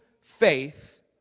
faith